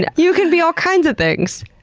and you can be all kinds of things.